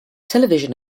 television